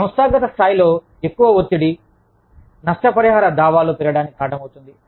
సంస్థాగత స్థాయిలో ఎక్కువ ఒత్తిడి నష్టపరిహార దావాలు పెరగడానికి కారణమౌతుంది